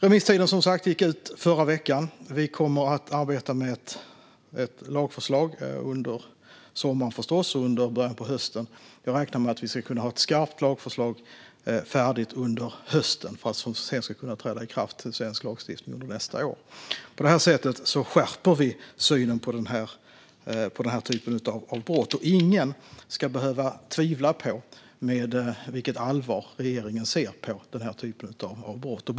Remisstiden gick som sagt ut förra veckan. Vi kommer att arbeta med ett lagförslag under sommaren och början av hösten. Jag räknar med att vi ska kunna ha ett skarpt lagförslag färdigt under hösten, som sedan ska kunna träda i kraft i svensk lagstiftning under nästa år. På det här sättet skärper vi synen på den här typen av brott. Ingen ska behöva tvivla på med vilket allvar regeringen ser på de här brotten.